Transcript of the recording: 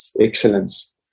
excellence